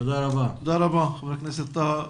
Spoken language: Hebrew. תודה רבה, חבר הכנסת טאהא.